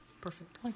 Perfect